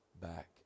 back